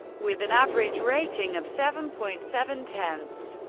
with an average rating of seven point seven ten. so